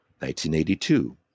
1982